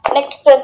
Next